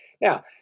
Now